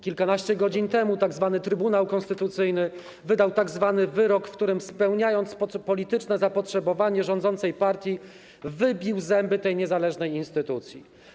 Kilkanaście godzin temu tzw. Trybunał Konstytucyjny wydał tzw. wyrok, w którym, spełniając polityczne zapotrzebowanie rządzącej partii, wybił zęby tej niezależnej instytucji.